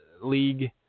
league